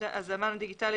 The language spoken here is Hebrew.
את המען הדיגיטלי,